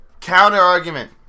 Counter-argument